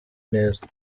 neza